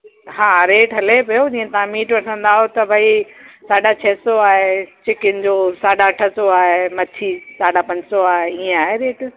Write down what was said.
हा रेट हले पियो जीअं तव्हां मीट वठंदा आहियो त भई साढा छह सौ आए चिकिन जो साढा अठ सौ आहे मछी साढा पंज सौ आहे इअं आहे रेट